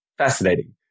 fascinating